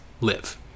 live